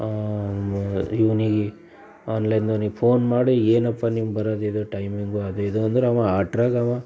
ಇವನಿಗೆ ಆನ್ ಲೈನ್ದವನಿಗೆ ಫೋನ್ ಮಾಡಿ ಏನಪ್ಪ ನೀವು ಬರೋದಿದು ಟೈಮಿಂಗು ಅದು ಇದು ಅಂದ್ರೆ ಅವ ಅಟ್ರಾಗವ